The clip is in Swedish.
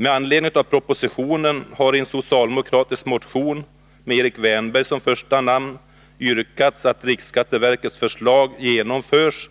Med anledning av propositionen har i en socialdemokratisk motion med Erik Wärnberg som första namn yrkats att riksskatteverkets förslag genomförs,